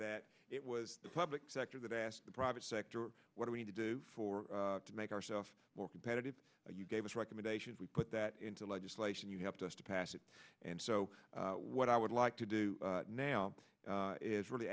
that it was the public sector that asked the private sector what do i need to do for to make ourself more competitive you gave us recommendations we put that into legislation you helped us to pass it and so what i would like to do now is really